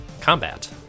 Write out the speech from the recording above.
combat